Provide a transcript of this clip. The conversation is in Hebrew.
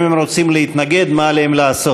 אם הם רוצים להתנגד, מה עליהם לעשות.